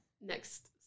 next